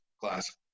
class